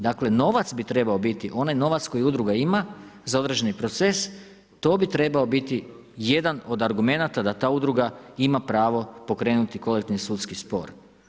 Dakle novac bi trebao biti, onaj novac koji udruga ima za određeni proces, to bi trebao biti jedan od argumenata da ta udruga ima pravo pokrenuti kolektivni sudski spor.